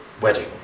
wedding